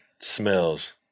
smells